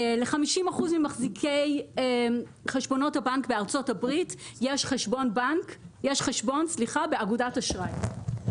ל-50% ממחזיקי חשבונות הבנק בארצות הברית יש חשבון באגודת אשראי.